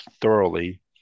thoroughly